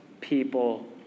people